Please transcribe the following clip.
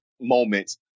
moments